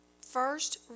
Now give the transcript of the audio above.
first